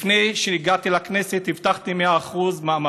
לפני שהגעתי לכנסת מאה אחוז מאמץ,